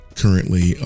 currently